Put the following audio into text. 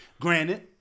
Granted